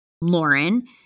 Lauren